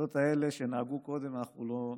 השיטות האלה שנהגו קודם אנחנו לא נוהגים.